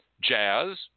Jazz